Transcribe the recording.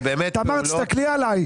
תמר, תסתכלי עליי.